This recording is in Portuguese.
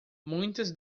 muitas